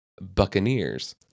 buccaneers